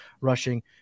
rushing